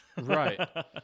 Right